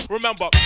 Remember